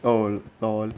oh no